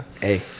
Hey